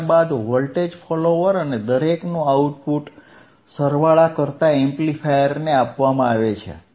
ત્યારબાદ voltage follower અને દરેકનું આઉટપુટ સરવાળા કરતા એમ્પ્લીફાયરને આપવામાં આવે છે